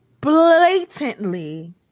blatantly